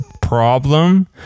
problem